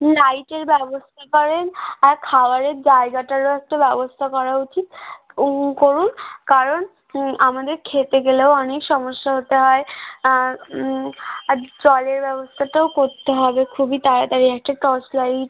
লাইটের ব্যবস্থা করেন আর খাবারের জায়গাটারও একটু ব্যবস্থা করা উচিত করুন কারণ আমাদের খেতে গেলেও অনেক সমস্যা হতে হয় আর জলের ব্যবস্থা তো করতে হবে খুবই তাড়াতাড়ি একটা টর্চ লাইট